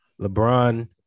lebron